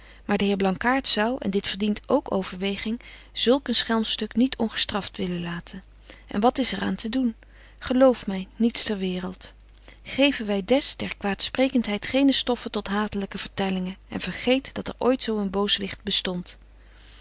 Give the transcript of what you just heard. maar de heer blankaart zou en dit verdient k overweging zulk een schelmstuk niet ongestraft willen laten en wat is er aan te doen geloof my niets ter waereld geven wy des der kwaadsprekenheid geene stoffe tot hatelyke vertellingen en vergeet dat er ooit zo een booswicht bestondt